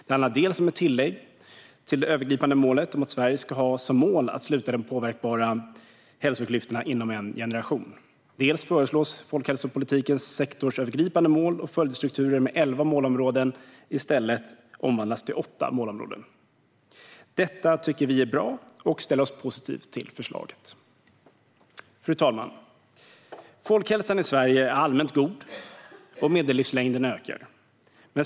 Dels handlar det om ett tillägg till det övergripande målet om att Sverige ska ha som mål att sluta de påverkbara hälsoklyftorna inom en generation, dels föreslås att folkhälsopolitikens sektorsövergripande mål och uppföljningsstruktur med elva målområden ska omvandlas till åtta målområden. Detta tycker vi är bra, och vi ställer oss positiva till förslaget. Fru talman! Folkhälsan i Sverige är allmänt god, och medellivslängden ökar.